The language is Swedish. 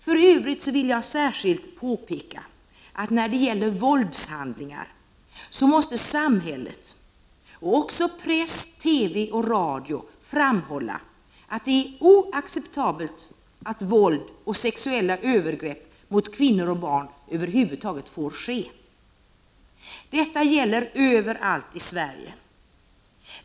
För övrigt vill jag särskilt påpeka vikten av att samhället, press, TV och radio framhåller att det är oacceptabelt att våld och sexuella övergrepp mot kvinnor och barn över huvud taget sker. Det måste gälla överallt i Sverige.